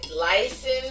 license